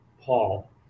Paul